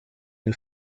new